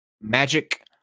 Magic